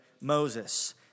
Moses